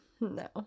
no